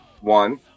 One